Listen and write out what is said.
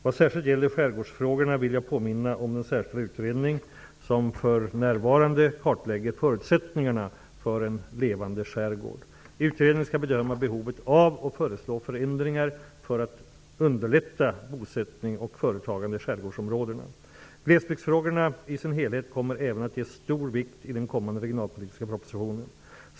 Vad särskilt gäller skärgårdsfrågorna vill jag påminna om den särskilda utredning som för närvarande kartlägger förutsättningarna för en levande skärgård. Utredningen skall bedöma behovet av och föreslå förändringar för att underlätta bosättning och företagande i skärgårdsområdena. Glesbygdsfrågorna i sin helhet kommer även att ges stor vikt i den kommande regionalpolitiska propositionen.